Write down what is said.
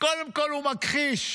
קודם כול הוא מכחיש.